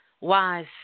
wise